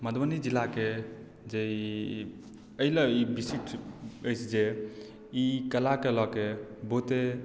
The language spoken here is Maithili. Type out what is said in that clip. मधुबनी जिलाके जे ई एहि लेल ई विशिष्ट अछि जे ई कलाकेँ लऽ के बहुते